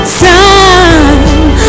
time